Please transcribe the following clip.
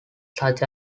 such